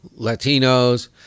Latinos